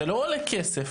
זה לא עולה כסף,